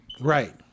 Right